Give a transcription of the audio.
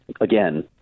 again